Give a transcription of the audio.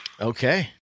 Okay